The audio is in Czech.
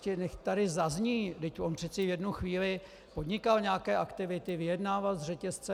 Nechť tady zazní vždyť on přece jednu chvíli podnikal nějaké aktivity, vyjednával s řetězci.